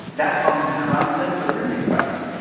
that problem has been around since the printing press.